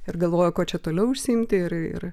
ir galvojo kuo čia toliau užsiimti ir